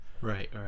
Right